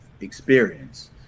experience